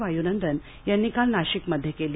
वायूनंदन यांनी काल नाशिकमध्ये केली